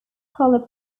color